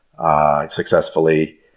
successfully